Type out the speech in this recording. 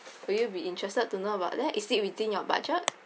will you be interested to know about that is it within your budget